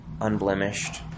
unblemished